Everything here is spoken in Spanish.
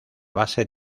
base